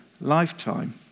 lifetime